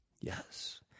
Yes